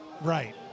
right